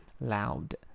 Loud